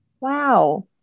wow